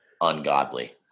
ungodly